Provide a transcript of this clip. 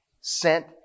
sent